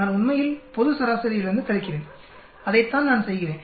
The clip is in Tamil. நான் உண்மையில் பொது சராசரியிலிருந்து கழிக்கிறேன் அதைத்தான் நான் செய்கிறேன்